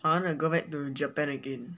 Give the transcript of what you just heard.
I want to go back to japan again